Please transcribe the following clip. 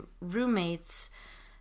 roommates